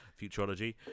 futurology